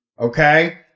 Okay